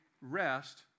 rest